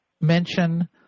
mention